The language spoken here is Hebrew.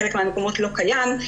חלק מהמקומות לא קיים.